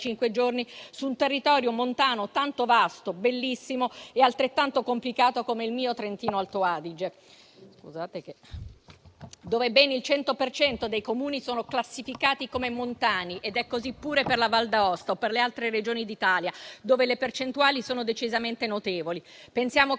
giorni, su un territorio montano tanto vasto, bellissimo e altrettanto complicato, come il mio Trentino-Alto Adige, dove ben il 100 per cento dei Comuni è classificato come montano. Ed è così pure per la Val d'Aosta e per altre Regioni d'Italia, dove le percentuali sono decisamente notevoli. L'Italia